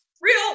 real